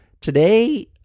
Today